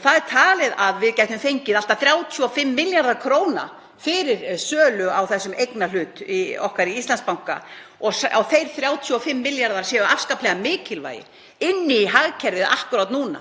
og talið er að við gætum fengið allt að 35 milljarða kr. fyrir sölu á þessum eignarhlut okkar í Íslandsbanka og þeir 35 milljarðar séu afskaplega mikilvægir inn í hagkerfið, inn